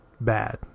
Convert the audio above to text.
bad